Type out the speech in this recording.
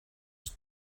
ist